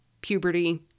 puberty